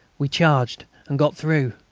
we charged and got through,